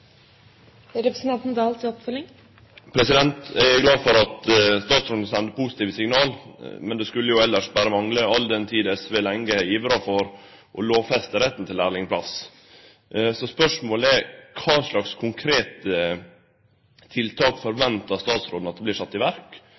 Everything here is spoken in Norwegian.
Eg er glad for at statsråden sender positive signal, men det skulle jo berre mangle, all den tid SV lenge ivra for å lovfeste retten til lærlingplass. Så spørsmålet er: Kva slags konkrete tiltak forventar statsråden vert sette i verk slik at det faktisk vert mogleg å etterprøve den innsatsen som regjeringa no seier ein er i